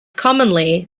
commonly